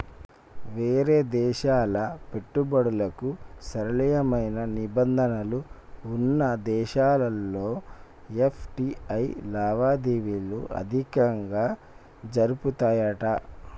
వేరే దేశాల పెట్టుబడులకు సరళమైన నిబంధనలు వున్న దేశాల్లో ఎఫ్.టి.ఐ లావాదేవీలు అధికంగా జరుపుతాయట